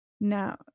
now